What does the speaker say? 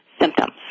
symptoms